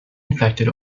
infected